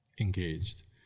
engaged